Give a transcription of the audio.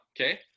Okay